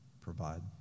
provide